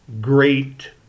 great